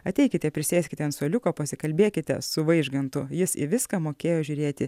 ateikite prisėskite ant suoliuko pasikalbėkite su vaižgantu jis į viską mokėjo žiūrėti